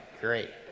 great